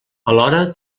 alhora